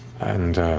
and